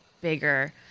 bigger